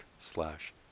slash